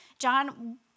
John